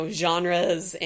genres